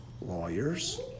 lawyers